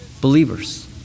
believers